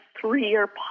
three-year